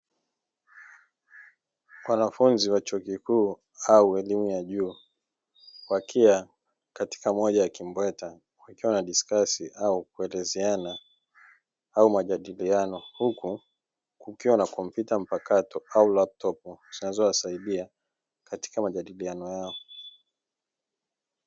Wanafunzi wa chuo kikuu au elimu ya juu wakiwa kwenye kimbweta